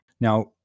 Now